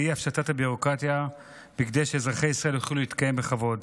והיא הפשטת הביורוקרטיה כדי שאזרחי ישראל יוכלו להתקיים בכבוד.